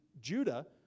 Judah